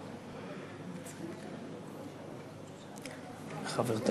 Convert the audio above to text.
חמש